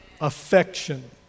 affection